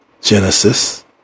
Genesis